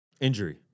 Injury